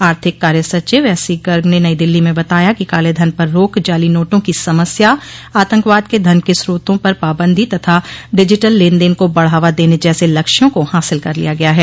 आर्थिक कार्य सचिव एससी गर्ग ने नई दिल्ली में बताया कि कालेधन पर रोक जाली नोटों की समस्या आतंकवाद के धन के स्रोतों पर पाबंदी तथा डिजिटल लेनदेन को बढ़ावा देने जैसे लक्ष्यों को हासिल कर लिया गया है